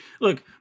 Look